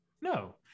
No